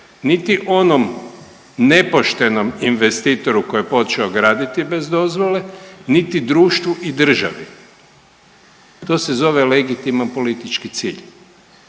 niti onom nepoštenom investitoru koji je počeo graditi bez dozvole, niti društvu i državi. To se zove legitiman politički cilj.